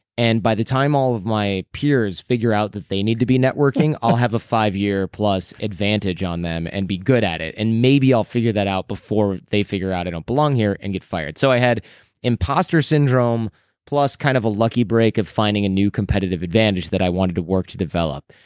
and by the time all of my peers figure out that they need to be networking, networking, i'll have a five year plus advantage on them and be good at it, and maybe i'll figure that out before they figure out i don't belong here and get fired so i had imposter syndrome plus kind of a lucky break of finding a new competitive advantage that i wanted to work to develop.